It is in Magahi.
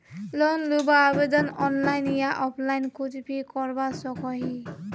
लोन लुबार आवेदन ऑनलाइन या ऑफलाइन कुछ भी करवा सकोहो ही?